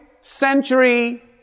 century